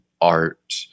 art